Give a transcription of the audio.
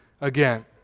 again